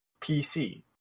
PC